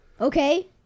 Okay